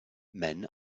men